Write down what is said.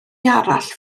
arall